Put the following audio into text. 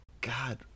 God